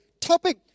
topic